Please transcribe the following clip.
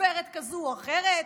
גברת כזאת או אחרת.